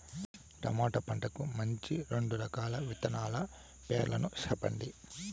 tomato పంటకు మంచి రెండు రకాల విత్తనాల పేర్లు సెప్పండి